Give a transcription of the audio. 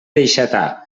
deixatar